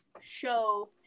show